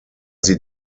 sie